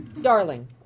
Darling